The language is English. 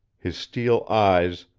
his steel eyes,